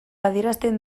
adierazten